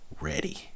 ready